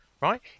Right